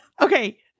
okay